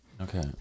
Okay